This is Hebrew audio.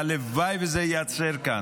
והלוואי שזה ייעצר כאן,